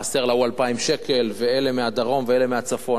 חסר להוא 2,000 שקל ואלה מהדרום ואלה מהצפון,